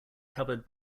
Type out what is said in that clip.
covered